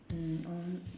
mm uh